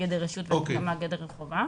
בגדר רשות ומה בגדר חובה.